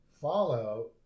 follow